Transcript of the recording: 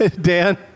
Dan